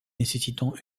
nécessitant